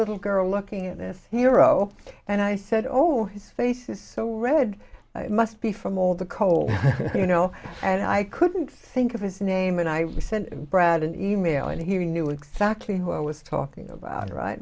little girl looking at this hero and i said oh his face is so red it must be from all the coal you know and i couldn't think of his name and i said brad an email and he knew exactly who i was talking about right